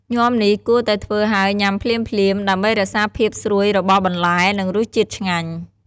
ញាំនេះគួរតែធ្វើហើយញ៉ាំភ្លាមៗ ដើម្បីរក្សាភាពស្រួយរបស់បន្លែ និងរសជាតិឆ្ងាញ់។